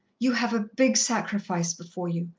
you have a big sacrifice before you.